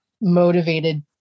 motivated